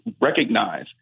recognize